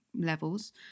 levels